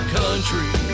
country